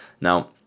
now